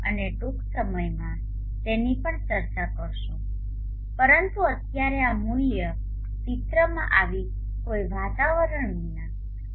અમે ટૂંક સમયમાં તેની પણ ચર્ચા કરીશું પરંતુ અત્યારે આ મૂલ્ય ચિત્રમાં આવીને કોઈ વાતાવરણ વિના છે